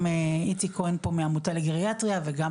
גם איציק כהן פה מהעמותה לגריאטריה וגם